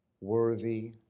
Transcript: worthy